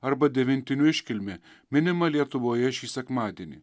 arba devintinių iškilmė minima lietuvoje šį sekmadienį